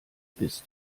bist